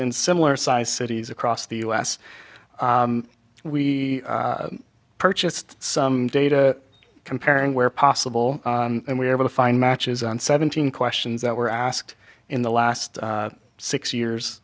in similar sized cities across the us we purchased some data comparing where possible and we were able to find matches on seventeen questions that were asked in the last six years